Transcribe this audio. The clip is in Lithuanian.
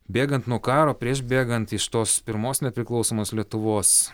bėgant nuo karo prieš bėgant iš tos pirmos nepriklausomos lietuvos